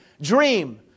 dream